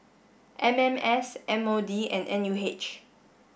M M S M O D and N U H